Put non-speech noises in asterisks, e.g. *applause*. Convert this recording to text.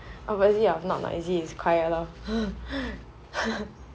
opposite of not noisy is quiet lor *laughs*